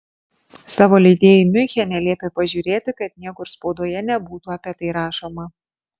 savo leidėjui miunchene liepė prižiūrėti kad niekur spaudoje nebūtų apie tai rašoma